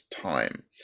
time